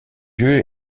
lieu